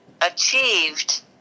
achieved